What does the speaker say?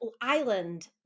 island